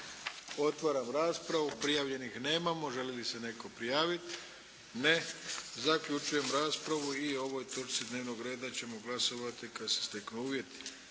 Otvaram raspravu. Prijavljenih nemamo. Želi li se netko prijaviti? Ne. Zaključujem raspravu i o ovoj točci dnevnog reda ćemo glasovati kada se steknu uvjeti.